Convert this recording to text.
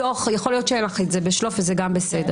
יכול להיות שאין לך את זה בשלוף וזה גם בסדר